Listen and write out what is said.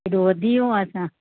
एड़ो वधी वियो आहे छा